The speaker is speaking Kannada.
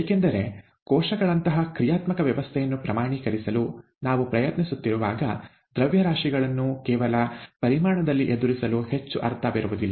ಏಕೆಂದರೆ ಕೋಶಗಳಂತಹ ಕ್ರಿಯಾತ್ಮಕ ವ್ಯವಸ್ಥೆಯನ್ನು ಪ್ರಮಾಣೀಕರಿಸಲು ನಾವು ಪ್ರಯತ್ನಿಸುತ್ತಿರುವಾಗ ದ್ರವ್ಯರಾಶಿಗಳನ್ನು ಕೇವಲ ಪರಿಮಾಣದಲ್ಲಿ ಎದುರಿಸಲು ಹೆಚ್ಚು ಅರ್ಥವಿರುವುದಿಲ್ಲ